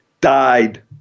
died